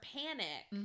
panic